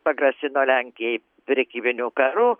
pagrasino lenkijai prekybiniu karu